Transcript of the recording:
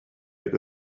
had